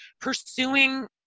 pursuing